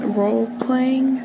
role-playing